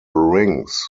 rings